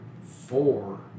four